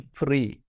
free